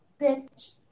bitch